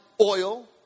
oil